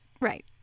Right